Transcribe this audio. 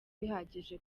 bihagije